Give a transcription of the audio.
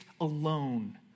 alone